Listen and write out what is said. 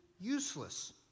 useless